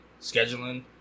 scheduling